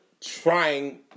trying